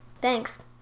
Thanks